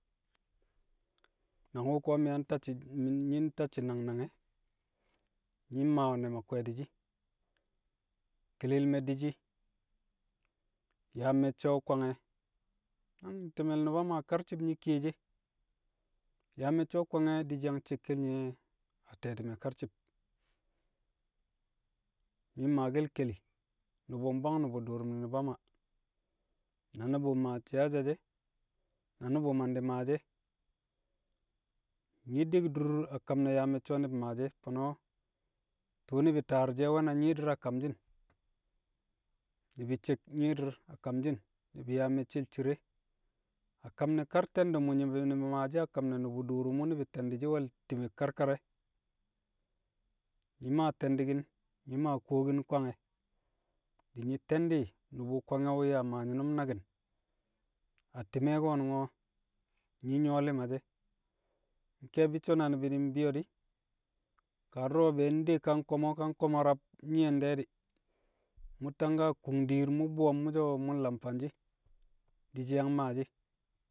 Nang wu̱ ko̱ mi̱ ntacci̱ mi̱- nyi̱ ntacci̱ nang nang e̱, nyi̱ mmaawe̱ ne̱m a kwe̱e̱ti̱shi̱. Kelil me̱ di̱shi̱ yaa me̱cce̱ wu̱ kwange̱ nang ti̱me̱l Nu̱ba Maa karci̱b nyi̱ kiyeshi e, yaa me̱cce̱ kwange̱ di̱shi̱ yang cekkel nye̱ a te̱ti̱me̱ karci̱b. Nyi̱ mmaake̱l keli, nu̱bu̱ mbwang nu̱bu̱ du̱u̱ru̱m ne̱ Nu̱ba Maa, na nu̱bu̱ maa siyasa she̱, na nu̱bu̱ mandi̱ maashi̱ e̱, nyi̱ di̱k dur a kam ne̱ yaa me̱cce̱ o̱ ni̱bi̱ maashi̱ e̱, fo̱no̱ tu̱u̱ ni̱bi̱ taar she̱ nwe̱ na nyi̱i̱di̱r a kamshi̱n, nu̱bi̱ cek nyi̱i̱di̱r a kamshi̱n, ni̱bi̱ yaa me̱cce̱l cire. a kam ne̱ kar te̱ndu̱m wu̱ ni̱bi̱- nu̱bi̱ maashi̱ a kam ne̱ nu̱bu̱ du̱u̱ru̱m wu̱ ni̱bi̱ ntee̱ndi̱ shi̱ we̱l ti̱me̱ kar kar e̱, nyi̱ maa te̱ndi̱ki̱n, nyi̱ maa kuwokin kwange̱, di̱ nyi̱ te̱ndi̱ nu̱bu̱ kwange̱ wu̱ yaa maa nyi̱nu̱m naki̱n. A ti̱me̱ ko̱nu̱ngo̱ nyi̱ nyu̱wo̱ li̱ma she̱, nke̱e̱bi̱ so̱ na ni̱bi̱ mbi̱yo̱ di̱, kaa du̱ro̱ be̱e̱ nde ka nko̱mo̱ ka nko̱mo̱ rab nyi̱ye̱n de̱ di̱, mu̱ tangka kung diir, mu̱ bu̱wo̱m mu̱ so̱ mu̱ nlam fanshi̱ di̱shi̱ yang maa shi̱.